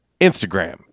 Instagram